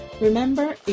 Remember